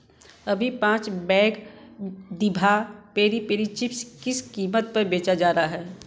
अभी पाँच बैग दिभा पेरी पेरी चिप्स किस कीमत पर बेचा जा रहा है